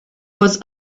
was